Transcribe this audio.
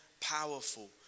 powerful